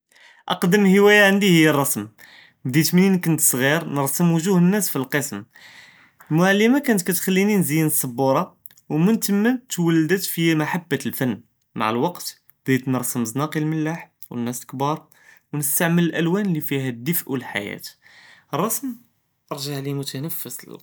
אקְדֶם הוואיה ע׳נדי היא אלרסם בדית מנין كنت צע׳יר נרסם ווג׳וה אלנאס פאלקּסם, אלמעלמה כאנת כתכליני נזיין אלצְבּורה ומן תמאכּ תולדאת פיא מחבת אלפֶן, מע אלווקת בדית נרסם זנאקי אלמלאח ואלנאס אלכְּבּאר ונסתעמל אלאלואן לי פיהא אֶלדפְא ואלחיאת, אלרסם רזעלִי מתנפס ללקּלב.